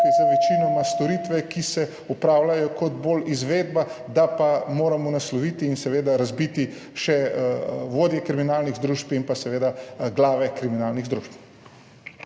večinoma za storitve, ki se opravljajo bolj kot izvedba, da pa moramo nasloviti in seveda razbiti še vodje kriminalnih združb in glave kriminalnih združb.